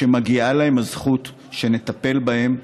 שמגיעה להם הזכות שנטפל בהם.